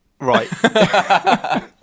right